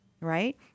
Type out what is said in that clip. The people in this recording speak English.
right